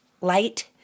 light